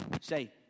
Say